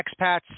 expats